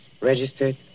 Registered